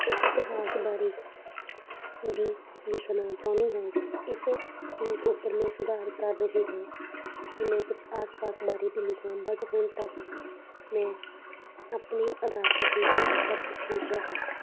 ਇਤਿਹਾਸ ਬਾਰੇ ਵੀ ਲਿਖਣਾ ਚਾਹੁੰਦੀ ਹਾਂ ਇਸ ਚੀਜ਼ ਉੱਪਰ ਮੈਂ ਸੁਧਾਰ ਕਰ ਰਹੀ ਹਾਂ ਕਿ ਮੈਂ ਕੁਛ ਆਸ ਪਾਸ ਬਾਰੇ ਵੀ ਲਿਖਾਂ ਬਟ ਹੁਣ ਤੱਕ ਮੈਂ ਆਪਣੇ ਅਧਾਰਤ 'ਤੇ ਹੀ ਸਭ ਕੁਛ ਲਿਖਿਆ ਹੈ